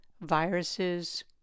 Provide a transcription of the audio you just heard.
viruses